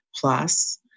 plus